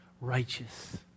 righteous